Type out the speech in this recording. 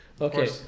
okay